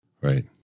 Right